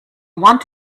want